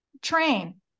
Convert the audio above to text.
train